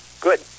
Good